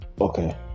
okay